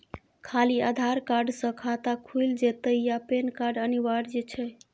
खाली आधार कार्ड स खाता खुईल जेतै या पेन कार्ड अनिवार्य छै?